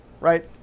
right